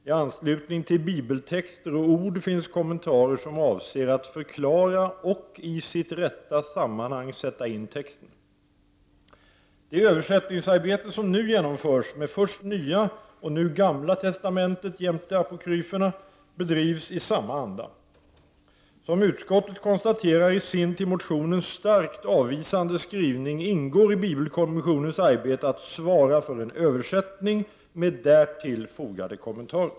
I anslutning till bibeltexter och ord finns kommentarer som avser att förklara och i sitt rätta sammanhang sätta in texten. Det översättningsarbete som nu genomförs, med först Nya och nu Gamla testamentet jämte apokryferna, bedrivs i samma anda. Som utskottet konstaterar i sin till motionen starkt avvisande skrivning ingår i bibelkommissionens arbete att svara för en översättning med därtill fogade kommentarer.